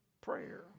prayer